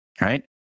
right